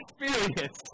experience